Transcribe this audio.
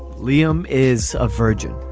liam is a virgin.